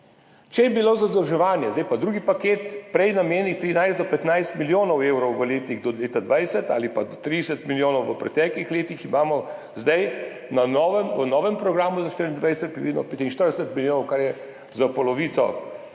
Če je bilo za vzdrževanje, zdaj je pa drugi paket, prej nameniti 11 do 15 milijonov evrov v letih do leta 2020 ali pa 30 milijonov v preteklih letih, imamo zdaj, v novem programu za 2024 predvidenih 45 milijonov, kar je za polovico